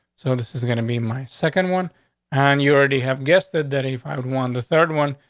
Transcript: so this is gonna meet my second one and you already have guested that if i would want the third one,